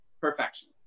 perfection